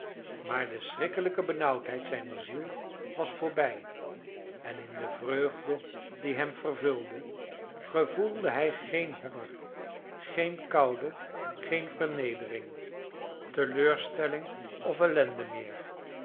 maar de schrikkelijke benauwdheid zijner ziel was voorbij en in de vreugde die hem vervulde gevoelde hij geen honger geen koude geen vernedering teleurstelling of ellende meer